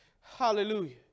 Hallelujah